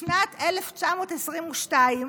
בשנת 1922,